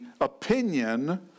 opinion